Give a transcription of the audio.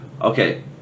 Okay